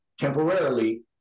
temporarily